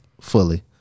fully